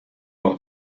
leur